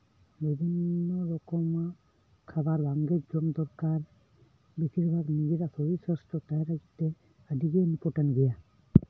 ᱵᱤᱵᱷᱤᱱᱱᱚ ᱨᱚᱠᱚᱢᱟᱜ ᱠᱷᱟᱵᱟᱨᱜᱮ ᱡᱚᱢ ᱫᱚᱨᱠᱟᱨ ᱱᱤᱡᱮᱨᱟᱜ ᱥᱚᱨᱤᱥ ᱥᱩᱥᱛᱷᱚ ᱛᱟᱦᱮᱸᱱ ᱞᱟᱹᱜᱤᱫ ᱛᱮ ᱟᱹᱰᱤᱜᱮ ᱤᱢᱯᱳᱨᱴᱮᱱᱴ ᱜᱮᱭᱟ